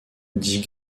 dit